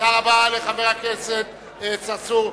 תודה רבה לחבר הכנסת צרצור.